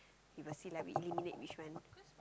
we will see lah we eliminate which one